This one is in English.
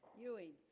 ewing